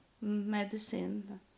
Medicine